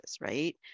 right